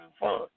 fun